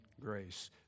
Grace